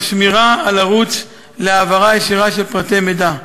תוך שמירה על ערוץ להעברה ישירה של פרטי מידע.